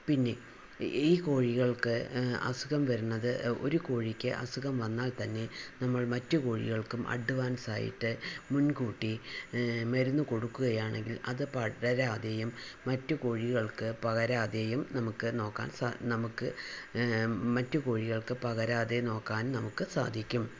പിന്നെ ഈ കോഴികൾക്ക് അസുഖം വരുന്നത് ഒരു കോഴിക്ക് അസുഖം വന്നാൽ തന്നെ നമ്മൾ മറ്റു കോഴികൾക്കും അഡ്വാൻസ് ആയിട്ട് മുൻകൂട്ടി മരുന്ന് കൊടുക്കുകയാണെങ്കിൽ അത് പടരാതെയും മറ്റു കോഴികൾക്ക് പകരാതെയും നമുക്ക് നോക്കാൻ സാ നമുക്ക് മറ്റു കോഴികൾക്ക് പകരാതെ നോക്കാൻ നമുക്ക് സാധിക്കും